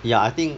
ya I think